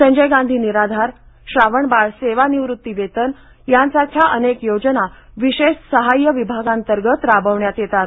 संजय गांधी निराधार श्रावण बाळ सेवा निवृत्ती वेतन यांसारख्या अनेक योजना विशेष सहाय्य विभागांतर्गत राबवण्यात येतात